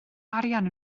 arian